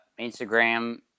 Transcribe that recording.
instagram